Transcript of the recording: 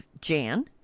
Jan